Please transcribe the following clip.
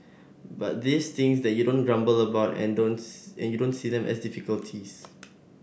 but these things that you don't grumble about and and you don't see them as difficulties